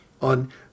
on